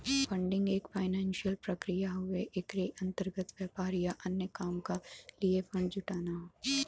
funding एक financial प्रक्रिया हउवे एकरे अंतर्गत व्यापार या अन्य काम क लिए फण्ड जुटाना हौ